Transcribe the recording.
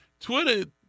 twitter